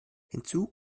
hinzu